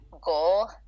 goal